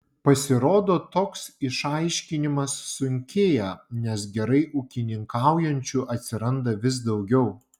pasirodo toks išaiškinimas sunkėja nes gerai ūkininkaujančių atsiranda vis daugiau